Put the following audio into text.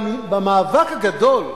במאבק הגדול,